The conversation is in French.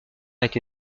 été